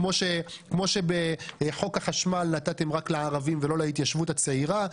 כמו שבחוק החשמל נתתם רק לערבים ולא להתיישבות הצעירה,